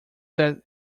that